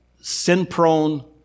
sin-prone